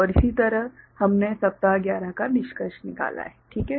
और इसी तरह हमने सप्ताह 11 का निष्कर्ष निकाला है ठीक है